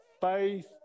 faith